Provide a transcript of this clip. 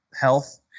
health